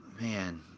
Man